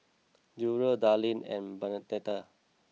Durrell Darleen and Bernadette